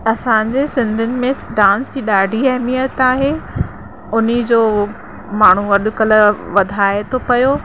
असांजे सिंधियुनि में डांस जी ॾाढी अहमियत आहे उन्हीअ जो माण्हू अॼु कल्ह वधाए थो पियो